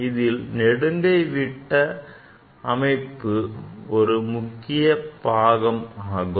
இதில் நெடுங்கை விட்ட அமைப்பு ஒரு முக்கிய பாகம் ஆகும்